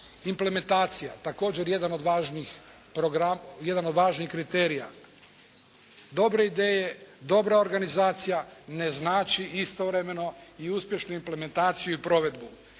Implementacija, također jedan od važnijih kriterija. Dobre ideje, dobra organizacija ne znači istovremeno i uspješnu implementaciju i provedbu.